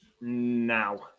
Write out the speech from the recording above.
now